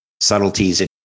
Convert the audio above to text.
subtleties